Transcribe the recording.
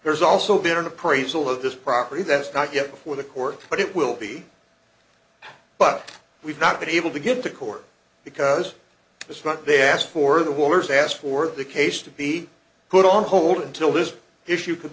there's also been an appraisal of this property that's not yet before the court but it will be but we've not been able to get to court because it's not they asked for the waters asked for the case to be put on hold until this issue could